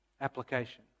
application